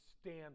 stand